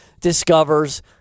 discovers